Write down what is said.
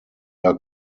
are